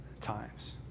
times